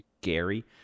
Gary